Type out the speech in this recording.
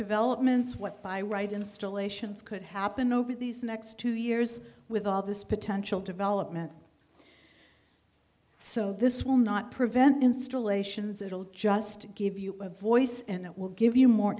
developments what by right installations could happen over these next two years with all this potential development so this will not prevent installations it'll just give you a voice and it will give you more